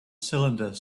cylinder